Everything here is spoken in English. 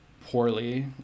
poorly